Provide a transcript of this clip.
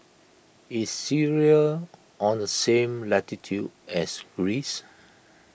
is Syria on the same latitude as Greece